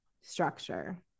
structure